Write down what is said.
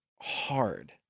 hard